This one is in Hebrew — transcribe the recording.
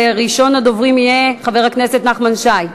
וראשון הדוברים יהיה חבר הכנסת נחמן שי.